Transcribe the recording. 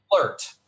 Flirt